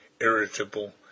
irritable